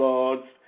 Lords